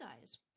guys